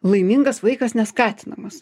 laimingas vaikas neskatinamas